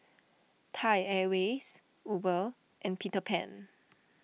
Thai Airways Uber and Peter Pan